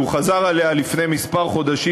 שהוא חזר עליה לפני כמה חודשים,